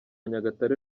nyagatare